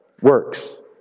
Works